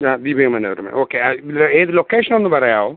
ആ ദീപിക മനോരമ ഓക്കെ ആ ഇത് ഏത് ലൊക്കേഷനൊന്ന് പറയാവോ